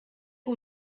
que